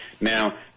Now